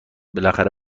بالاخره